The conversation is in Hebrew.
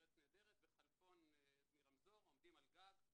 מ"ארץ נהדרת" וחלפון מ"רמזור" עומדים על גג.